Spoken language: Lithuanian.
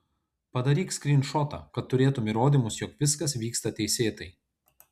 padaryk skrynšotą kad turėtum įrodymus jog viskas vyksta teisėtai